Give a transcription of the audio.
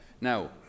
Now